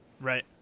Right